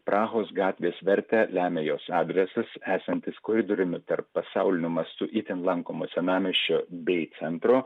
prahos gatvės vertę lemia jos adresas esantis koridoriumi tarp pasauliniu mastu itin lankomo senamiesčio bei centro